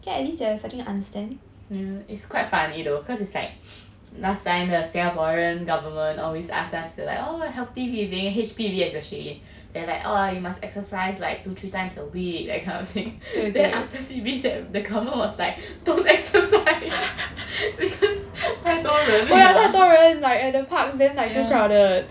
mm it's quite funny though cause it's like last time the singaporean government always asks us to like oh healthy living H_P_B especially then like oh you must exercise like two three times a week that kind of thing then after C_B the government was like don't exercise because 太多人了 yeah